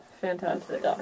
Fantastic